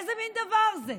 איזה מין דבר זה?